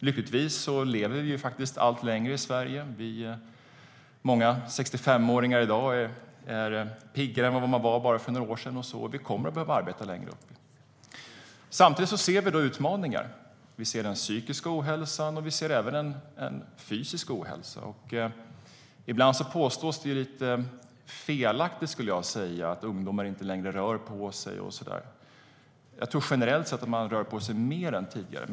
Lyckligtvis lever vi allt längre i Sverige. Många 65-åringar är i dag piggare än hur det var för bara några år sedan, och vi kommer att behöva arbeta längre upp i åldrarna. Samtidigt ser vi utmaningar. Vi ser den psykiska ohälsan och även en fysisk ohälsa. Ibland påstås det lite felaktigt, skulle jag säga, att ungdomar inte längre rör på sig. Jag tror generellt sett att man rör på sig mer än tidigare.